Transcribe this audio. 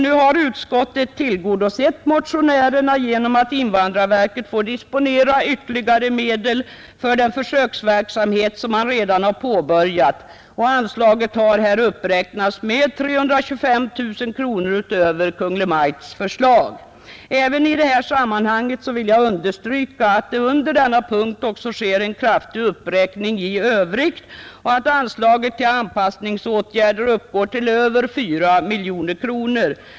Nu har utskottet tillgodosett motionärernas önskemål genom att invandrarverket får disponera ytterligare medel för den försöksverksamhet som redan har påbörjats och anslaget har uppräknats med 325 000 kronor utöver Kungl. Maj:ts förslag. Även i detta sammanhang vill jag understryka att det under denna punkt sker en kraftig uppräkning i övrigt och att anslaget till anpassningsåtgärder uppgår till över 4 miljoner kronor.